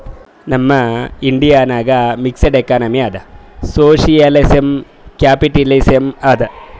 ನಮ್ ಇಂಡಿಯಾ ನಾಗ್ mixed economy ಅದಾ ಸೋಶಿಯಲಿಸಂ, ಕ್ಯಾಪಿಟಲಿಸಂ ಅದಾ